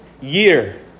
year